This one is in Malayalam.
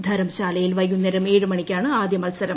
ധരംശാലയിൽ വൈകുന്നേരം ഏഴ് മണിക്കാണ് ആദ്യമത്സരം